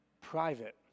private